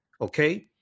Okay